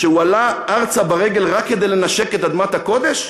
שעלה ארצה רק כדי לנשק את אדמת הקודש?